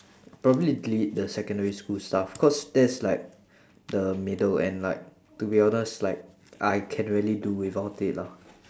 probably be the secondary stuff cause that's like the middle and like to be honest like I can really do without it lah